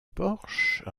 porche